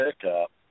pickup